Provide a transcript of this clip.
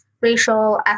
racial